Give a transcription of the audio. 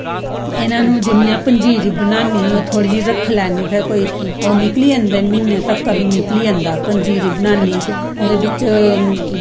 इनां नू जियां पंजीरी बनानी ओह् थोह्ड़ी जेही रक्खी लैन्नी ओह् निकली जंदे म्हीने तक्कर निकली जंदा पंजीरी बनानी ओह्दे बिच्च